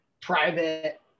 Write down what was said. private